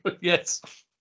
Yes